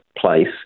place